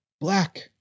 Black